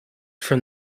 from